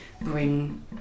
bring